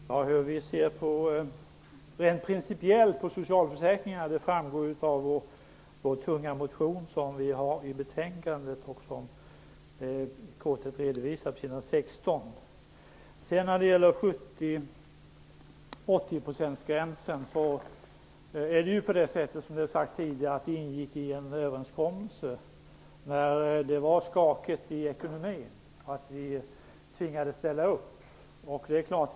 Herr talman! Hur vi ser rent principiellt på socialförsäkringarna framgår av den tunga motion från oss vilken behandlas i betänkandet och i korthet redovisas på s. 16. Vad gäller 70/80-procentsgränsen vill jag, liksom tidigare framhållits, peka på att denna ingick i en överenskommelse som vi tvingades gå med på vid en tidpunkt när ekonomin var skakig.